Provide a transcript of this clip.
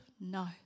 No